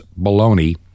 baloney